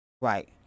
right